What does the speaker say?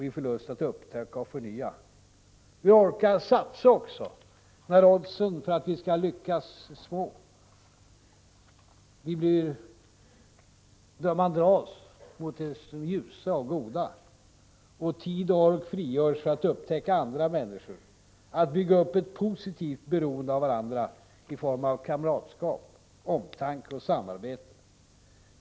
Vi får lust att upptäcka och förnya. Vi orkar satsa också när oddsen för att vi skall lyckas är små. Vi dras mot det ljusa och goda. Tid och ork frigörs att upptäcka andra människor, att bygga upp ett positivt beroende av varandra i form av kamratskap, omtanke och samarbete.